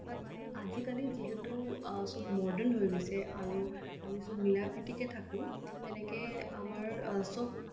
বাট আজিকালি যিহেতু সব মডাৰ্ণ হৈ গৈছে আৰু আমি সব মিলা প্ৰীতিকে থাকোঁ তেনেকে আমাৰ সব